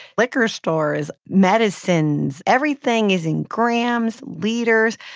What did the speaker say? liquor stores, medicines, everything is in grams, liters.